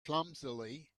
clumsily